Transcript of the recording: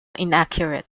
inaccurate